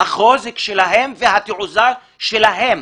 ומראים את החוזק שלהם והתעוזה שלהם.